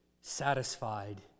satisfied